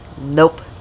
Nope